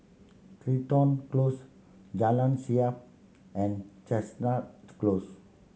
town Close Jalan Siap and Chestnut Close